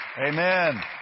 Amen